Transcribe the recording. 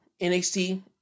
NXT